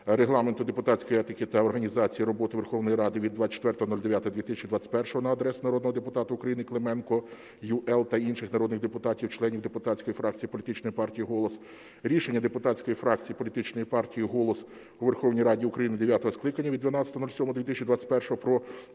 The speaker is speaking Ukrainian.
Регламенту, депутатської етики та організації роботи Верховної Ради від 24.09.2021 на адресу народного депутата України Клименко Ю.Л. та інших народних депутатів членів депутатської фракції політичної партії "Голос"; рішення депутатської фракції політичної партії "Голос" у Верховній Раді України дев'ятого скликання від 12.07.2021 про